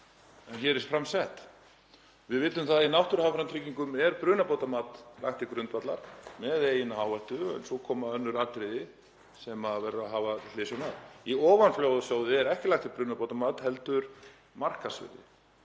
en hér er fram sett. Við vitum það að í náttúruhamfaratryggingum er brunabótamat lagt til grundvallar með eigin áhættu og svo koma önnur atriði sem verður að hafa til hliðsjónar. Í ofanflóðasjóði er ekki lagt upp með brunabótamat heldur markaðsvirði.